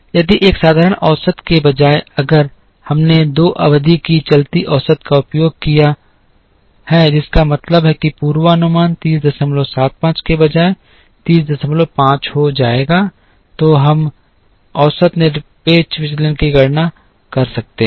यदि एक साधारण औसत के बजाय अगर हमने 2 अवधि की चलती औसत का उपयोग किया है जिसका मतलब है कि पूर्वानुमान 3075 के बजाय 305 हो जाएगा तो हम औसत निरपेक्ष विचलन की गणना कर सकते हैं